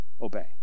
obey